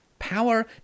Power